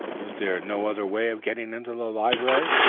is there no other way of getting into the library?